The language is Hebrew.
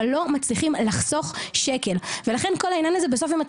אבל לא מצליחים לחסוך שקל ובסוף כל העניין הזה אם אתה